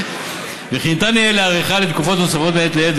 וכי ניתן יהיה להאריכה לתקופות נוספות מעת לעת,